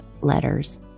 letters